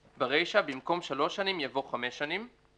ברישה, במקום "שלוש שנים" יבוא "חמש שנים";"